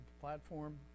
platform